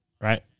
right